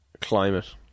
climate